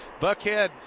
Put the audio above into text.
Buckhead